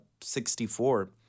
64